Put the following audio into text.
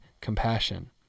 compassion